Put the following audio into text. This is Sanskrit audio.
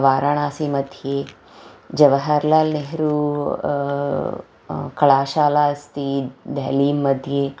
वाराणासि मध्ये जवहर्लाल् नेह्रू कलाशाला अस्ति देलीं मध्ये